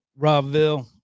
robville